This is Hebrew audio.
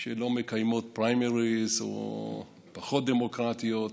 שלא מקיימות פריימריז או פחות דמוקרטיות.